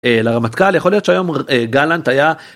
לרמטכ״ל, יכול להיות שהיום גלנט היה...